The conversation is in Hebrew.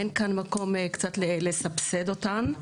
אין כאן מקום קצת לסבסד אותן?